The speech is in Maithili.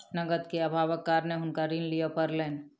नकद के अभावक कारणेँ हुनका ऋण लिअ पड़लैन